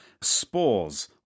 spores